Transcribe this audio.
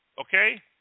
Okay